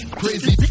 crazy